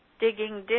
digging